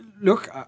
Look